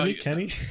Kenny